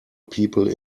people